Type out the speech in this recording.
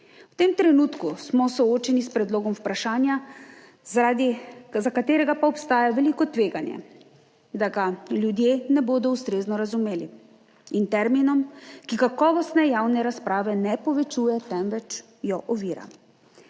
V tem trenutku smo soočeni s predlogom vprašanja za katerega pa obstaja veliko tveganje, da ga ljudje ne bodo ustrezno razumeli in terminom, ki kakovostne javne razprave ne povečuje, temveč jo ovira.